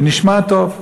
זה נשמע טוב.